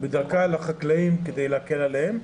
בדרכה לחקלאים כדי להקל עליהם,